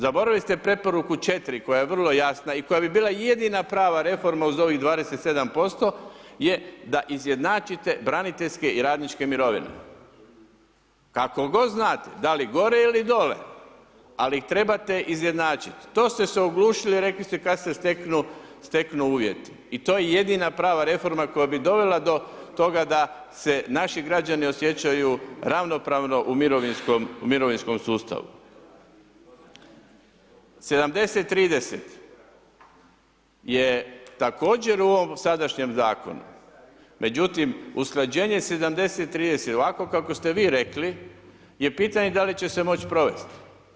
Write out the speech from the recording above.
Zaboravili ste preporuku 4 koja je vrlo jasna i koja bi bila jedina prava reforma uz ovih 27% je da izjednačite braniteljske i radničke mirovine, kako god znate, da li gore ili dole, ali trebate izjednačiti, to ste se oglušili i rekli ste kad ste steknu uvjeti i to je jedina prava reforma koja bi dovela do toga da se naši građani osjećaju mirovinskom sustavu, 70:30 je također u ovom sadašnjem zakonu, međutim usklađenje 70:30 ovako kako ste vi rekli je pitanje da li će se moći provesti.